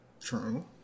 True